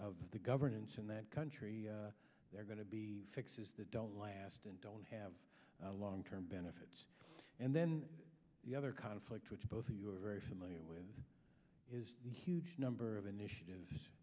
of the governance in that country they're going to be fixes that don't last and don't have a long term benefit and then the other conflict which both of you are very familiar with is the huge number of initiatives